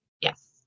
Yes